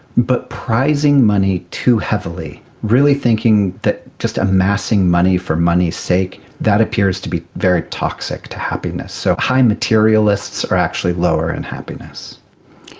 but prizing money too heavily, really thinking that, just amassing money for money's sake, that appears to be very toxic to happiness. so high materialists are actually lower in and happiness.